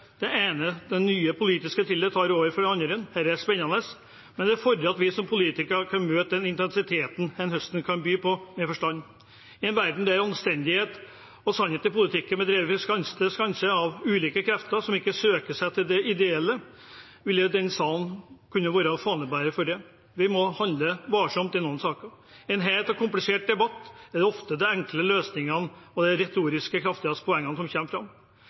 ene politiske thrilleren tar over for den andre. Dette er spennende, men det fordrer at vi som politikere kan møte den intensiteten som denne høsten kan by på, med forstand. I en verden der anstendighet og sannhet i politikken blir drevet fra skanse til skanse av ulike krefter som ikke søker seg til det ideelle, vil denne salen kunne være fanebærer for det. Vi må handle varsomt i noen saker. I en het og komplisert debatt er det ofte de enkle løsningene og de retorisk kraftigste poengene som kommer fram.